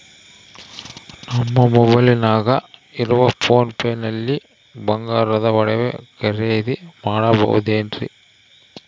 ನಮ್ಮ ಮೊಬೈಲಿನಾಗ ಇರುವ ಪೋನ್ ಪೇ ನಲ್ಲಿ ಬಂಗಾರದ ಒಡವೆ ಖರೇದಿ ಮಾಡಬಹುದೇನ್ರಿ?